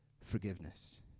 forgiveness